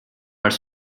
als